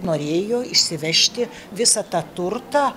norėjo išsivežti visą tą turtą